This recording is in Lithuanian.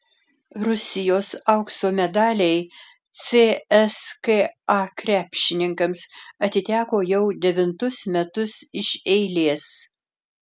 rusijos aukso medaliai cska krepšininkams atiteko jau devintus metus iš eilės